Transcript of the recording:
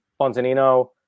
Fontanino